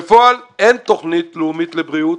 בפועל אין תוכנית לאומית לבריאות.